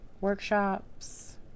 workshops